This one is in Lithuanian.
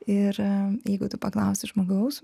ir jeigu tu paklausi žmogaus